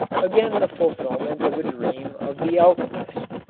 again the fulfilment of a dream of the alchemists.